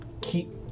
keep